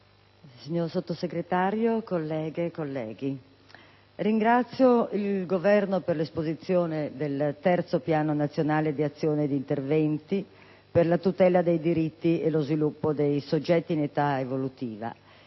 signor Sottosegretario, colleghe e colleghi, ringrazio il Governo per l'esposizione del III Piano nazionale di azione e di interventi per la tutela dei diritti e lo sviluppo dei soggetti in età evolutiva